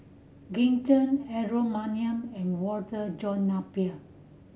Green Zeng Aaron Maniam and Walter John Napier